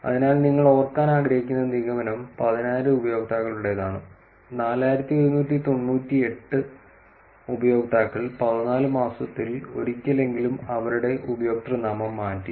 അതിനാൽ നിങ്ങൾ ഓർക്കാൻ ആഗ്രഹിക്കുന്ന നിഗമനം 10000 ഉപയോക്താക്കളുടേതാണ് 4198 ഉപയോക്താക്കൾ 14 മാസത്തിൽ ഒരിക്കലെങ്കിലും അവരുടെ ഉപയോക്തൃനാമം മാറ്റി